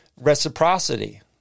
reciprocity